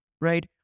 right